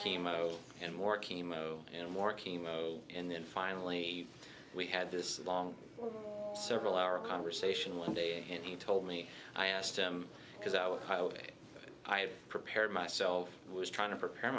chemo and more chemo and more chemo and then finally we had this long several our conversation one day and he told me i asked him because i had prepared myself was trying to prepare